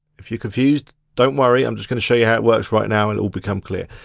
if you're confused, don't worry, i'm just gonna show you how it works right now and all become clear.